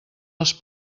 les